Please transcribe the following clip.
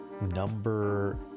Number